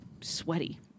sweaty